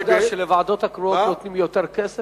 אתה יודע שלוועדות הקרואות נותנים יותר כסף?